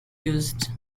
used